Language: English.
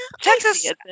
Texas